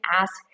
ask